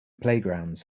playgrounds